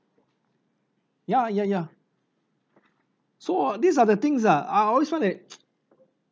ya ya ya so these are the things ah I always want to